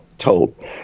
told